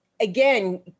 again